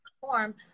perform